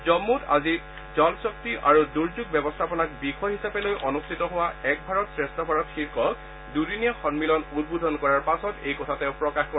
জম্মুত আজি জল শক্তি আৰু দুৰ্যোগ ব্যৱস্থাপনাক বিষয় হিচাপে লৈ অনুষ্ঠিত হোৱা 'এক ভাৰত শ্ৰেষ্ঠ ভাৰত' শীৰ্ষক দুদিনীয়া সমিলন উদ্বোধন কৰাৰ পাছত এই কথা প্ৰকাশ কৰে